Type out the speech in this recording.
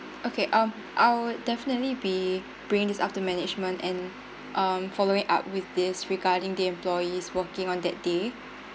okay um I'll definitely be bringing this up to management and um following up with this regarding the employees working on that day